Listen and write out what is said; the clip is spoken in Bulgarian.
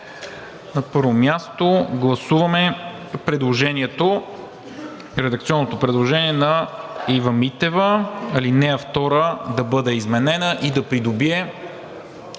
На първо място гласуваме редакционното предложение на Ива Митева – ал. 2 да бъде изменена и да придобие